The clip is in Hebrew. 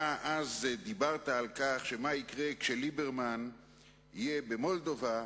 אז אתה דיברת על מה שיקרה כשליברמן יהיה במולדובה,